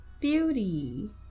Beauty